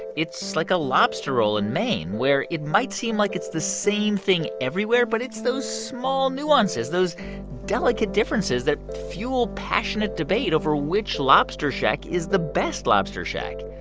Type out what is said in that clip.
it's like a lobster roll in maine where it might seem like it's the same thing everywhere, but it's those small nuances, those delicate differences that fuel passionate debate over which lobster shack is the best lobster shack.